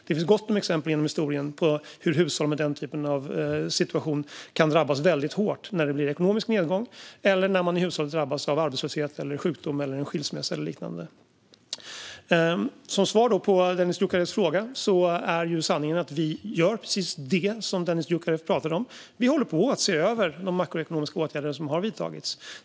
Det finns genom historien gott om exempel på att hushåll i den typen av situation kan drabbas väldigt hårt när det blir en ekonomisk nedgång eller när man inom hushållet drabbas av arbetslöshet, sjukdom, skilsmässa eller liknande. Som svar på Dennis Dioukarevs fråga är sanningen att vi gör precis det som Dennis Dioukarev pratade om. Vi håller på att se över de makroekonomiska åtgärder som har vidtagits.